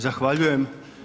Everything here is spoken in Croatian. Zahvaljujem.